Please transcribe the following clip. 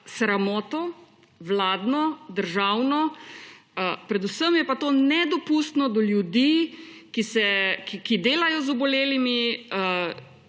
sramoto, vladno, državno, predvsem je pa to nedopustno do ljudi, ki delajo z obolelimi,